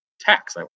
tax